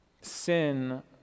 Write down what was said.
Sin